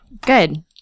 Good